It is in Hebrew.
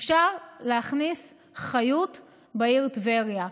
אפשר להכניס חיות בעיר טבריה.